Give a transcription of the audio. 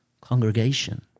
congregation